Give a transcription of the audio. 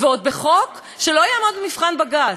ועוד בחוק שלא יעמוד במבחן בג"ץ.